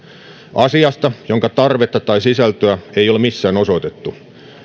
asiasta jonka tarvetta tai sisältöä ei ole missään osoitettu